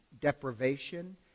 deprivation